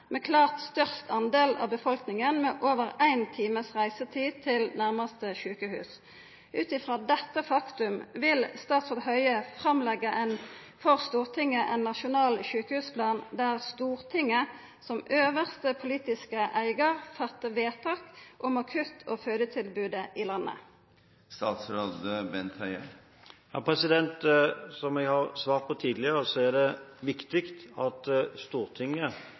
klart største delen av befolkninga med over ein times reiseveg til nærmaste sjukehus. Ut frå dette faktum – vil statsråd Høie leggja fram for Stortinget ein nasjonal sjukehusplan der Stortinget – som øvste politiske eigar – gjer vedtak om akutt- og fødetilbodet i landet? Som jeg også har svart tidligere, er det viktig at Stortinget